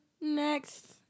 Next